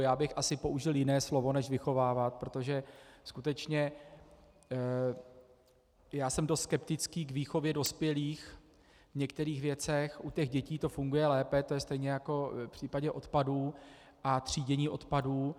Já bych asi použil jiné slovo než vychovávat, protože skutečně jsem dost skeptický k výchově dospělých v některých věcech, u dětí to funguje lépe, to je stejně jako v případě odpadů, třídění odpadů.